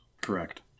Correct